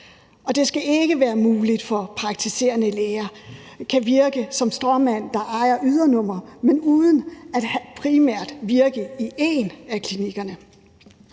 det skal ikke være muligt for praktiserende læger at virke som stråmænd, der ejer ydernumre, uden at have primært virke i en af klinikkerne.